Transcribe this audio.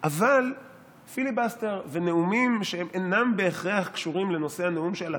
אבל פיליבסטר ונאומים שאינם בהכרח קשורים לנושא הנאום שעל הפרק,